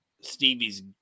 Stevie's